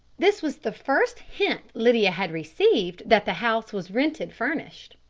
this was the first hint lydia had received that the house was rented furnished.